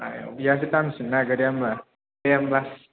आयाव बेहासो दामसिन ना गोरिया होमबा दे होमबा